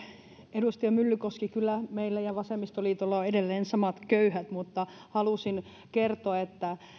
edustaja myllykoski kyllä meillä ja vasemmistoliitolla on edelleen samat köyhät mutta halusin kertoa että